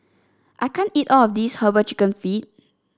I can't eat all of this herbal chicken feet